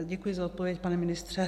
Děkuji za odpověď, pane ministře.